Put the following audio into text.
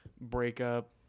breakup